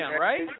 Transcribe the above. right